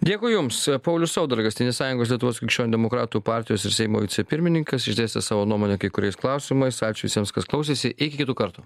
dėkui jums paulius saudargas tėvynės sąjungos lietuvos krikščionių demokratų partijos ir seimo vicepirmininkas išdėstęs savo nuomonę kai kuriais klausimais ačiū visiems kas klausėsi iki kitų kartų